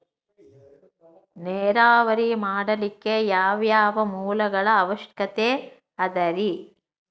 ನೇರಾವರಿ ಮಾಡಲಿಕ್ಕೆ ಯಾವ್ಯಾವ ಮೂಲಗಳ ಅವಶ್ಯಕ ಅದರಿ?